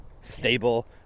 Stable